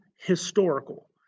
historical